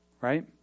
Right